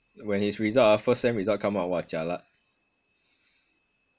when his result ah first sem result come out !wah! jialat